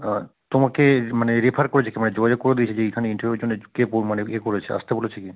আর তোমাকে মানে রেফার করেছে কে মানে যোগাযোগ করে দিয়েছে যে এইখানে ইন্টারভিউয়ের জন্য কে মানে এ করেছে আসতে বলেছে কে